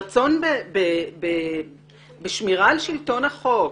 רצון בשמירה על שלטון החוק,